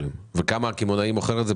בכמה הקמעונאי מוכר את זה?